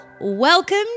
Welcome